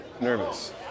nervous